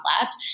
left